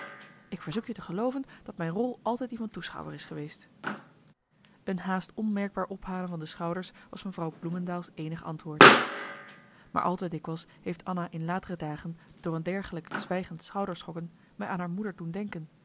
ik verzoek je te gelooven dat mijn rol altijd die van toeschouwer is geweest een haast onmerkbaar ophalen van de schouders was mevrouw bloemendaels eenig antwoord maar al te dikwijls heeft anna in latere dagen door een dergelijk zwijgend schouderschokken mij aan haar moeder doen denken